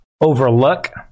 overlook